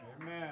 Amen